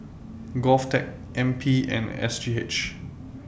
Govtech N P and S G H